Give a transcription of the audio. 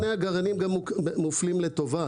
אבל יבואני הגרעינים מופלים לטובה,